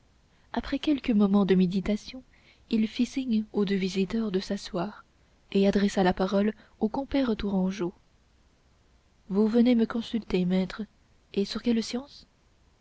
après quelques moments de méditation il fit signe aux deux visiteurs de s'asseoir et adressa la parole au compère tourangeau vous venez me consulter maître et sur quelle science